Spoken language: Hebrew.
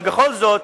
אבל בכל זאת